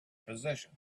position